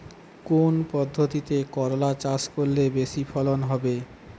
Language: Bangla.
কোন পদ্ধতিতে করলা চাষ করলে বেশি ফলন হবে?